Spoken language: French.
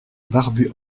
barbu